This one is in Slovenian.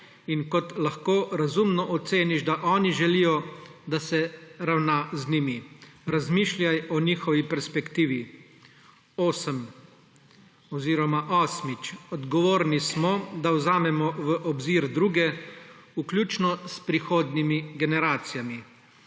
in kot lahko razumno oceniš, da oni želijo, da se ravna z njimi. Razmišljaj o njihovi perspektivi. Osmič, odgovorni smo, da vzamemo v obzir druge, vključno s prihodnimi generacijami.